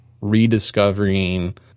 rediscovering